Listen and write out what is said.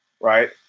right